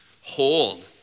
hold